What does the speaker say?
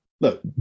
look